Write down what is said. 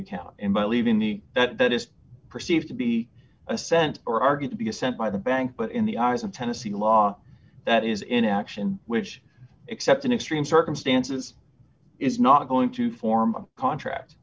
account in but leaving the that that is perceived to be a cent or are going to be sent by the bank but in the eyes of tennessee law that is in action which except in extreme circumstances is not going to form a contract